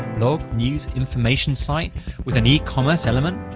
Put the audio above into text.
blog, news, information site with an ecommerce element?